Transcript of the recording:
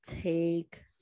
take